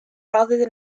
rather